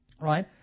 right